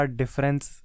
difference